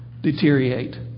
deteriorate